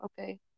okay